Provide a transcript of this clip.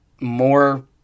more